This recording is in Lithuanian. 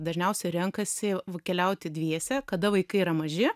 dažniausiai renkasi keliauti dviese kada vaikai yra maži